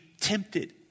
tempted